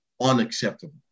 Unacceptable